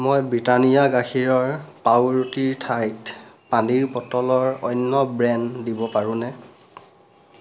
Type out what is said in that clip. মই ব্ৰিটানিয়া গাখীৰৰ পাওৰুটিৰ ঠাইত পানীৰ বটলৰ অন্য ব্ৰেণ্ড দিব পাৰোঁনে